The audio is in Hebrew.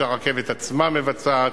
שהרכבת עצמה מבצעת,